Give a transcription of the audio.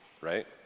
right